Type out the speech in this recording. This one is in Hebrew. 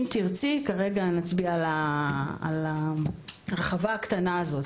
אם תרצי, כרגע נצביע על ההרחבה הקטנה הזאת.